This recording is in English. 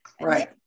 Right